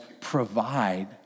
provide